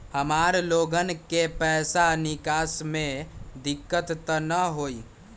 हमार लोगन के पैसा निकास में दिक्कत त न होई?